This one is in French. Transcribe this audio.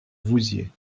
vouziers